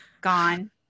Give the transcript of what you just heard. gone